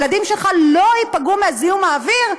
הילדים שלך לא ייפגעו מזיהום האוויר.